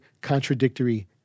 contradictory